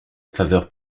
faveur